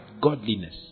godliness